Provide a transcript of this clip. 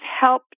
help